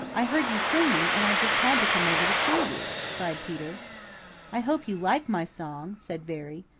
i heard you singing and i just had to come over to see you, cried peter i hope you like my song, said veery.